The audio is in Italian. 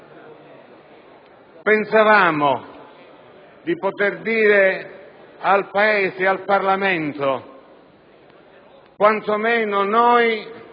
Pensavamo di poter dire al Paese e al Parlamento che quantomeno noi